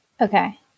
Okay